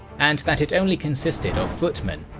and that it only consisted of footmen,